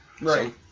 right